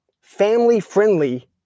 family-friendly